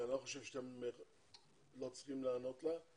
אני לא חושב שאתם לא צריכים להיענות לה,